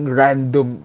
random